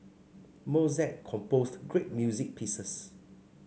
Mozart composed great music pieces